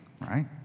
right